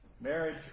marriage